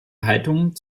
haltung